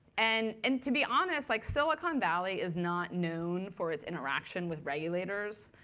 and and to be honest, like silicon valley is not known for its interaction with regulators.